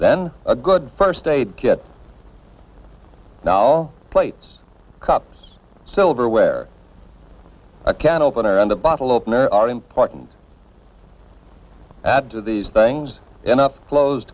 then a good first aid kit now plates cups silverware a can opener and a bottle opener are important add to these things enough clo